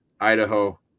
Idaho